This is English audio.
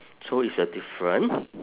so it's a different